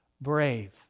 brave